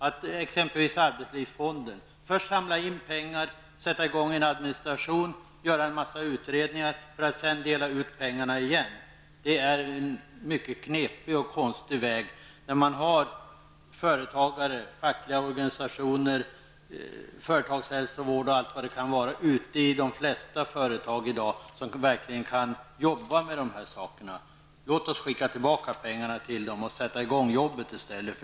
Att arbetslivsfonden först samlar in pengar och sätter i gång en administration och en massa utredningar för att sedan dela ut pengarna igen är en mycket knepig och konstig väg. I dag finns det ju företagsledare, fackliga organisationer, företagshälsovård och allt vad det kan vara ute på de flesta företag. Dessa kan verkligen arbeta med de här sakerna. Låt oss skicka tillbaka pengarna till dem och sätta i gång arbetet i stället.